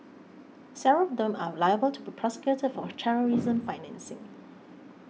several of them are liable to be prosecuted for terrorism financing